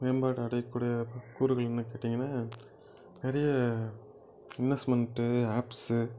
மேம்பாடு அடையக்கூடிய கூறுகள் என்ன கேட்டிங்கன்னா நிறைய இன்வெஸ்ட்மெண்ட்டு ஆப்ஸு